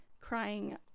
crying